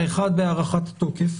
האחד זה הארכת תוקף